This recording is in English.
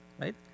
right